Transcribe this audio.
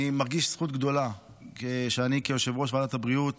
אני מרגיש זכות גדולה שאני כיושב-ראש ועדת הבריאות